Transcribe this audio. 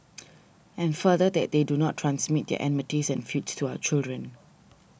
and further that they do not transmit their enmities and feuds to our children